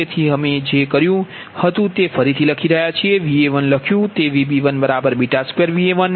તેથી અમે જે રીતે કર્યુ હતુ તે અમે ફરીથી લખી રહ્યાં નથી Va1 લખ્યું તે Vb12Va1 Vc1βVc1 છે